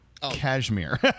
cashmere